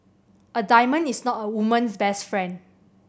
a diamond is not a woman's best friend